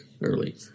early